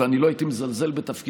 ואני לא הייתי מזלזל בתפקידם,